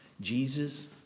Jesus